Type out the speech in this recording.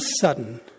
sudden